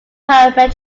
parametric